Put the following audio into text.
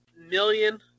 million